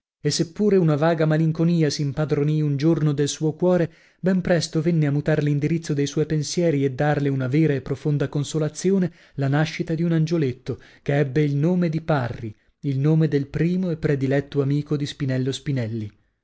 se pure una vaga malinconia s'impadronì un giorno del suo cuore ben presto venne a mutar l'indirizzo de suoi pensieri e darle una vera e profonda consolazione la nascita di un angioletto che ebbe il nome di parri il nome del primo e prediletto amico di spinello spinelli